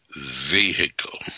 vehicle